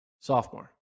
Sophomore